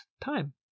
time